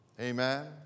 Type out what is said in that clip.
Amen